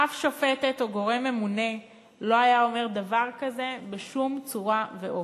אף שופטת או גורם ממונה לא היה אומר דבר כזה בשום צורה ואופן.